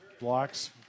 Blocks